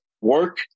work